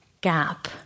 Gap